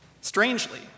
Strangely